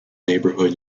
neighborhood